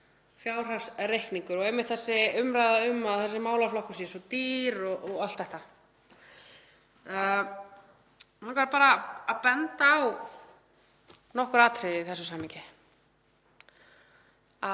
fjárhagsreikningur og einmitt þessa umræðu um að þessi málaflokkur sé svo dýr og allt þetta. Mig langaði bara að benda á nokkur atriði í þessu samhengi.